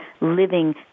living